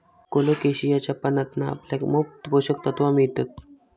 कोलोकेशियाच्या पानांतना आपल्याक मोप पोषक तत्त्वा मिळतत